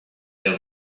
same